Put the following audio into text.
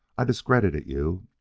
i discredited you,